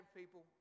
people